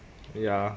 ya